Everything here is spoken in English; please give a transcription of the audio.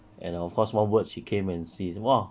and of course one word she came and see !wah!